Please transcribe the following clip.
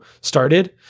started